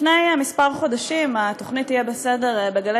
לפני כמה חודשים התוכנית יהיה בסדר בגלי